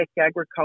agriculture